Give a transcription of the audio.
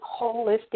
holistic